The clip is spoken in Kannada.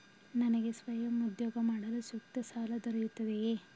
ನನಗೆ ಸ್ವಯಂ ಉದ್ಯೋಗ ಮಾಡಲು ಸೂಕ್ತ ಸಾಲ ದೊರೆಯುತ್ತದೆಯೇ?